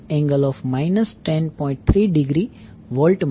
3 degree volt મળશે